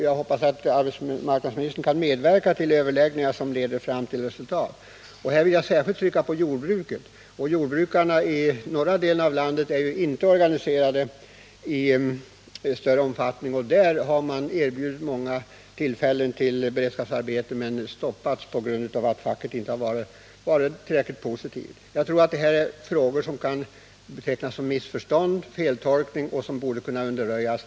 Jag hoppas att arbetsmarknadsministern vill medverka till överläggningar som kan leda fram till resultat. Jag skulle vilja peka på vad som förekommit inom jordbruket i detta avseende. Jordbrukarna i den norra delen av landet är inte organiserade i någon större omfattning, och där har många erbjudanden om tillfällen till beredskapsarbete stoppats på grund av att facket inte varit tillräckligt positivt inställt. En sådan attityd torde väl bero på feltolkning av de bestämmelser som gäller, och sådana missförstånd borde kunna undanröjas.